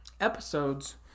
episodes